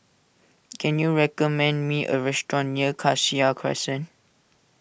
can you recommend me a restaurant near Cassia Crescent